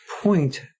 point